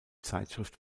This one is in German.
zeitschrift